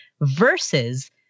versus